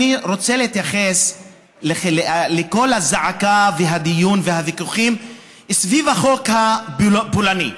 אני רוצה להתייחס לקול הזעקה והדיון והוויכוחים סביב החוק הפולני,